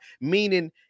meaning